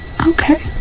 Okay